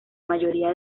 mayoría